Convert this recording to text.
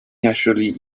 naturally